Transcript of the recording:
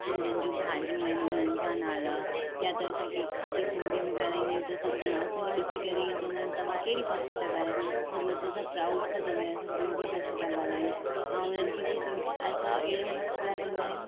सिंधियुनि जूं भाॼियूं आहिनि हुननि जा नाला या त असां कंहिं खां बि सिंधीअ में ॻाल्हाईंदा आहियूं त सभु ॼणा असांखे ॾिसी करे इअं चवंदा आहिनि तव्हां कहिड़ी भाषा था ॻाल्हायो सभु अच्छे सां प्राउड सां चवंदा आहिनि असां सिंधी भाषा था ॻाल्हायूं ऐं हुननि खे सिक असां अहिड़ो मस्तु ॻाल्हाईंदा आहियूं